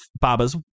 baba's